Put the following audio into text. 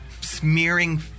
smearing